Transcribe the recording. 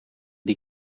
die